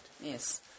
Yes